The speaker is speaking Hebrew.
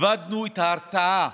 איבדנו את ההרתעה.